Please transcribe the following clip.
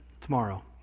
Tomorrow